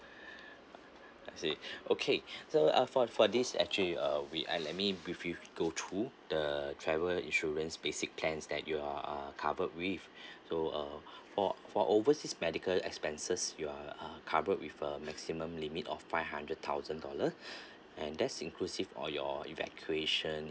I see okay so uh for for this actually uh we ah let me briefly go through the travel insurance basic plans that you are uh covered with so uh for for overseas medical expenses you are uh covered with a maximum limit of five hundred thousand dollar and that's inclusive all your evacuation